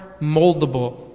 moldable